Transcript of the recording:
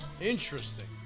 Interesting